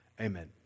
amen